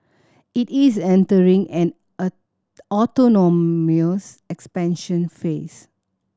it is entering an autonomous expansion phase